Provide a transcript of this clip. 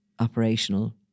operational